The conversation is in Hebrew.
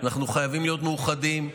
אנחנו חייבים להיות מאוחדים,